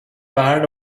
part